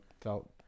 felt